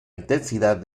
intensidad